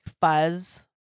fuzz